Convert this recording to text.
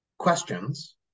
questions